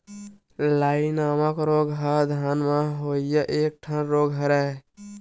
लाई नामक रोग ह धान म होवइया एक ठन रोग हरय